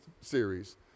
series